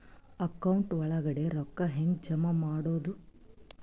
Account ಒಳಗಡೆ ರೊಕ್ಕ ಹೆಂಗ್ ಜಮಾ ಮಾಡುದು?